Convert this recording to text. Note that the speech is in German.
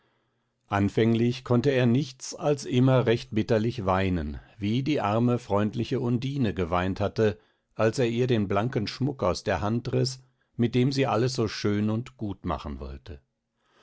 anfänglich konnte er nichts als immer recht bitterlich weinen wie die arme freundliche undine geweint hatte als er ihr den blanken schmuck aus der hand riß mit dem sie alles so schön und gut machen wollte